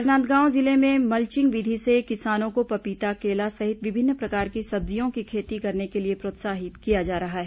राजनांदगांव जिले में मल्विंग विधि से किसानों को पपीता केला सहित विभिन्न प्रकार की सब्जियों की खेती करने के लिए प्रोत्साहित किया जा रहा है